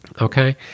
Okay